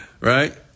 right